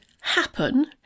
happen